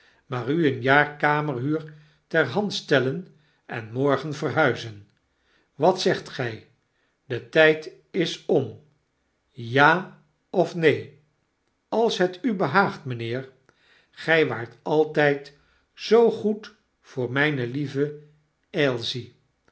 u een jaar kamerhuur ter hand stellen en morgen verhuizen wat zegt gij de tyd is om ja of neen als het u behaagt mijnheer gij waart altijd zoo goed voor mijne lieve